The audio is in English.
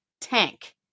tank